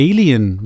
Alien